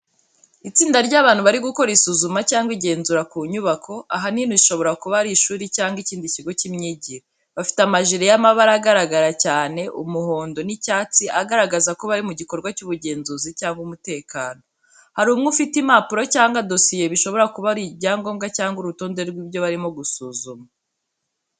Itsinda ry’abantu bari gukora isuzuma cyangwa igenzura ku nyubako, ahanini ishobora kuba ari ishuri cyangwa ikindi kigo cy’imyigire. Bafite amajire y’amabara agaragara cyane, umuhondo n’icyatsi agaragaza ko bari mu gikorwa cy’ubugenzuzi cyangwa umutekano. Hari umwe ufite impapuro cyangwa dosiye bishobora kuba ari ibyangombwa cyangwa urutonde rw’ibyo barimo gusuzuma.